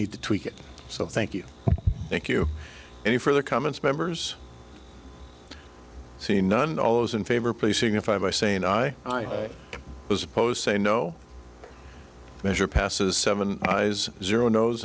it so thank you thank you any further comments members see none of those in favor placing a five by saying i was opposed say no measure passes seven eyes zero nose